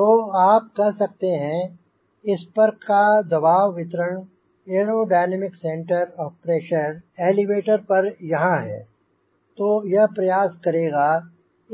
तो आप कह सकते हैं इस पर का दबाव वितरण और aerodynamic centre centre of pressure elevator पर यहाँ हैं तो यह प्रयास करेगा